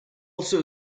also